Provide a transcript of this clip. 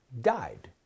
died